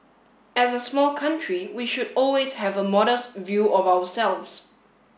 as a small country we should always have a modest view of ourselves